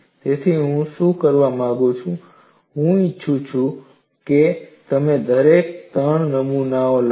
તેથી હું શું કરવા માંગુ છું હું ઈચ્છું છું કે તમે દરેક ત્રણ નમૂનાઓ લાવો